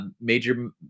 major